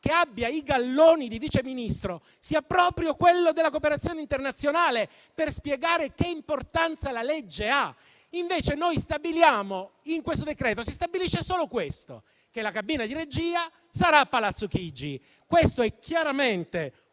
che abbia i galloni di Vice Ministro sia proprio quello della cooperazione internazionale, per spiegare che importanza la legge ha. Invece, in questo decreto si stabilisce solo che la cabina di regia sarà a Palazzo Chigi. Questo è chiaramente